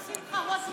רק שמחה רוטמן צודק.